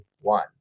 one